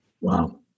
wow